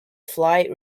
fly